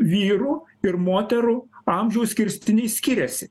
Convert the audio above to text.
vyrų ir moterų amžiaus skirstinys skiriasi